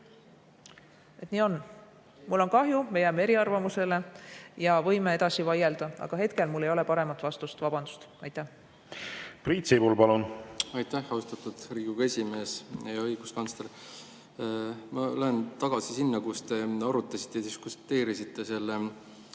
Nii on. Mul on kahju, me jääme eriarvamusele ja võime edasi vaielda, aga hetkel mul ei ole paremat vastust. Vabandust! Priit Sibul, palun! Aitäh, austatud Riigikogu esimees! Hea õiguskantsler! Ma lähen tagasi sinna, kus te arutasite ja diskuteerisite